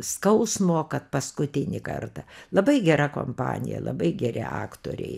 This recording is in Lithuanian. skausmo kad paskutinį kartą labai gera kompanija labai geri aktoriai